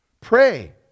Pray